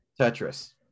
tetris